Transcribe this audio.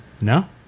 No